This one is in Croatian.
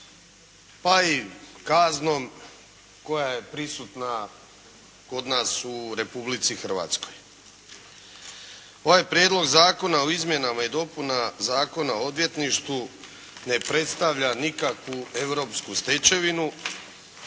pa i kaznom koja je prisutna kod nas u Republici Hrvatskoj. Ovaj Prijedlog zakona o izmjenama i dopunama Zakona o odvjetništvu ne predstavlja nikakvu europsku stečevinu,